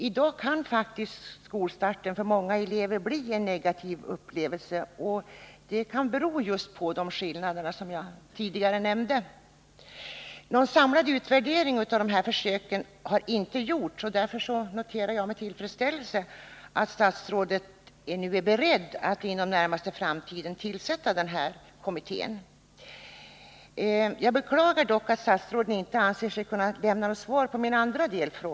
I dag kan emellertid skolstarten för många elever faktiskt bli en negativ upplevelse, vilket kan bero på de skillnader som jag tidigare nämnde. Någon samlad utvärdering av dessa försök har inte gjorts. Därför noterar jag med tillfredsställelse att statsrådet nu är beredd att inom den närmaste framtiden tillsätta kommittén. Jag beklagar dock att statsrådet inte anser sig kunna lämna något svar på min andra delfråga.